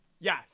Yes